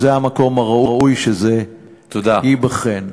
זה המקום שראוי שהנושא ייבחן בו.